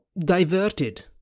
diverted